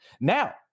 Now